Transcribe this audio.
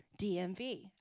DMV